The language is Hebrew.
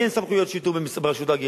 לי אין סמכויות שיטור במסגרת רשות ההגירה.